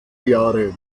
jahre